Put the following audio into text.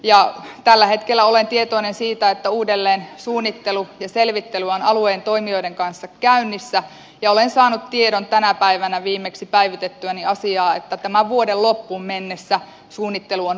ja tällä hetkellä olen tietoinen siitä että uudelleen suunnittelu ja selvittely ovat alueen toimijoiden kanssa käynnissä ja olen saanut tiedon viimeksi tänä päivänä päivitettyäni asiaa että tämän vuoden loppuun mennessä suunnittelu on valmis